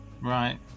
Right